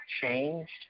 changed